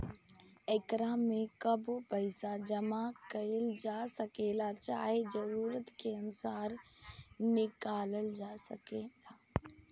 एकरा में कबो पइसा जामा कईल जा सकेला, चाहे जरूरत के अनुसार निकलाल जा सकेला